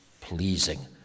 pleasing